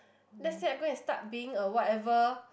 let's say I go and start being a whatever